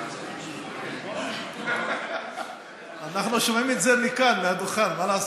אנחנו שומעים את זה מכאן, מהדוכן, מה לעשות.